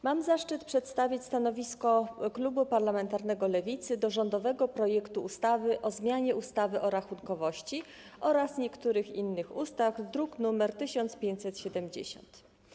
Mam zaszczyt przedstawić stanowisko klubu parlamentarnego Lewicy wobec rządowego projektu ustawy o zmianie ustawy o rachunkowości oraz niektórych innych ustaw, druk nr 1570.